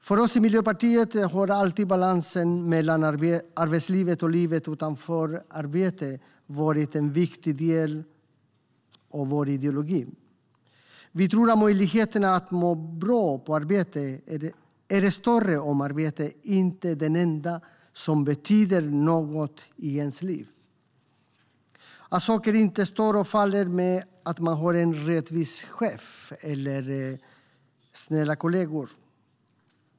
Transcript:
För oss i Miljöpartiet har balansen mellan arbetslivet och livet utanför arbetet alltid varit en viktig del av vår ideologi. Vi tror att möjligheterna att må bra på arbetet är större om arbetet inte är det enda som betyder något i ens liv och om saker inte står och faller med att man har en rättvis chef eller snälla kollegor.